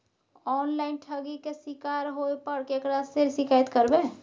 Online ठगी के शिकार होय पर केकरा से शिकायत करबै?